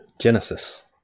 Genesis